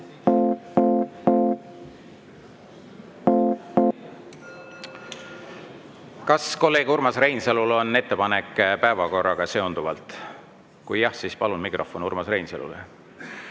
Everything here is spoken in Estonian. Kas kolleeg Urmas Reinsalul on ettepanek päevakorraga seonduvalt? Kui jah, siis palun mikrofon Urmas Reinsalule.